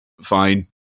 fine